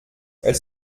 elle